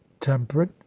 temperate